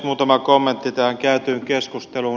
muutama kommentti tähän käytyyn keskusteluun